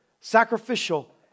sacrificial